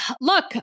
Look